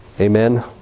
Amen